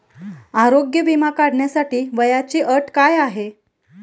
आरोग्य विमा काढण्यासाठी वयाची अट काय आहे?